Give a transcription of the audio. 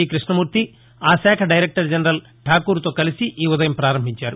ఈ కృష్ణమూర్తి ఆ శాఖ దైరెక్టర్ జనరల్ ఠాకూర్ తో కలిసి ఈ ఉదయం ప్రారంభించారు